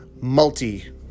multi-